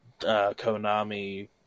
Konami